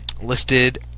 listed